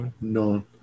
no